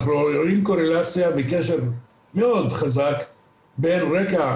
אנחנו רואים קורלציה וקשר מאוד חזק בין רקע